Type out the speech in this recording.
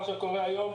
מה שקורה היום,